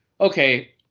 okay